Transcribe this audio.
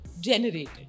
generated